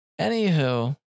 Anywho